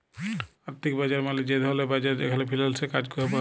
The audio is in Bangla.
আথ্থিক বাজার মালে যে ধরলের বাজার যেখালে ফিল্যালসের কাজ ছব হ্যয়